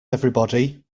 everybody